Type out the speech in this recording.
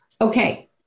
Okay